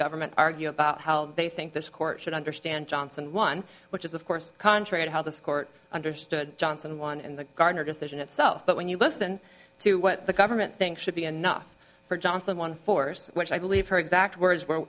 government argue about how they think this court should understand johnson one which is of course contrary to how this court understood johnson one and the gardner decision itself but when you listen to what the government thinks should be enough for johnson one force which i believe her exact words were